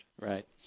Right